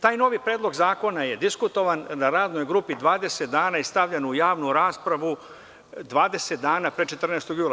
Taj novi predlog zakona je diskutovan na radnoj grupi 20 dana i stavljen je na javnu raspravu 20 dana pre 14. jula.